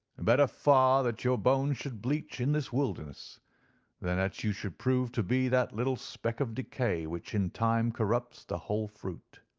and better far that your bones should bleach in this wilderness than that you should prove to be that little speck of decay which in time corrupts the whole fruit.